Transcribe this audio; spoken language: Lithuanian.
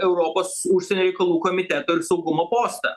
europos užsienio reikalų komiteto ir saugumo postą